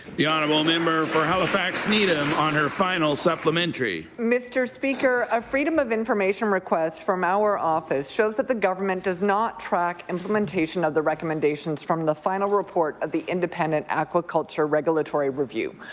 the honourable member for halifax needham on her final supplementary. mr. speaker, a freedom of information request from our office shows that the government does not track implementation of the recommendations from the final report of the independent aqua culture regulatory review.